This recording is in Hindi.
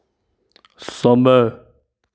समय